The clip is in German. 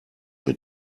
mit